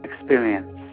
experience